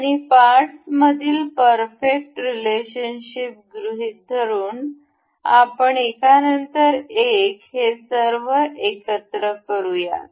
आणि पार्ट्समधील perfect relationship गृहीत धरून आपण एकानंतर एक हे सर्व एकत्र करूयात